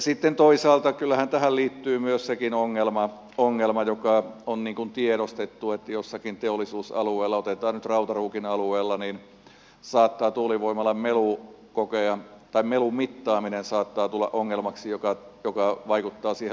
sitten toisaalta kyllähän tähän liittyy sekin ongelma joka on tiedostettu että jollakin teollisuusalueella otetaan nyt rautaruukin alueella saattaa tuulivoimalan melun mittaaminen tulla ongelmaksi mikä vaikuttaa siihen luvittamiseen